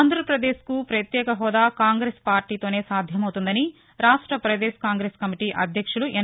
ఆంధ్రపదేశ్కు ప్రత్యేక హోదా కాంగ్రెస్ పార్షీతోనే సాధ్యమౌతుందని రాష్ట ప్రదేశ్ కాంగ్రెస్ కమిటీ అధ్యక్షులు ఎన్